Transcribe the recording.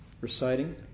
reciting